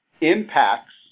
impacts